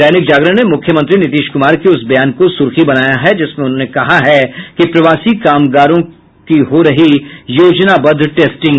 दैनिक जागरण ने मुख्यमंत्री नीतीश कुमार के उस बयान को सुर्खी बनाया है जिसमें उन्होंने कहा है कि प्रवासी कामगारों की हो रही योजनाबद्व टेस्टिंग